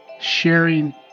sharing